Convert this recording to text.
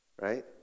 Right